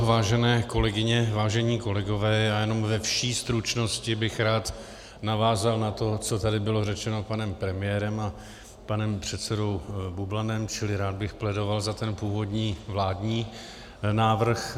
Vážené kolegyně, vážení kolegové, jen ve vší stručnosti bych rád navázal na to, co tady bylo řečeno panem premiérem a panem předsedou Bublanem, čili rád bych plédoval za ten původní vládní návrh.